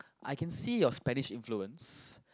I can see your Spanish influence